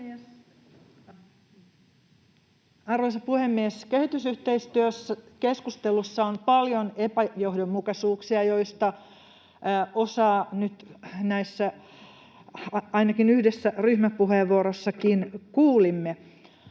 Arvoisa puhemies! Kehitysyhteistyökeskustelussa on paljon epäjohdonmukaisuuksia, joista osaa nyt ainakin yhdessä ryhmäpuheenvuorossakin kuulimme.